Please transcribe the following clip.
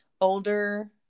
older